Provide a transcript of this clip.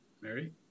Mary